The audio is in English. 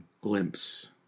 glimpse